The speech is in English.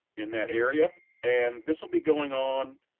in that area and this will be going on.